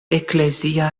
eklezia